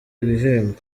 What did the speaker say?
ibihembo